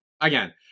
again